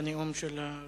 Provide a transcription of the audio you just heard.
מה יש בנאום של ראש הממשלה?